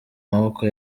maboko